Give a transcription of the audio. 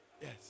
Yes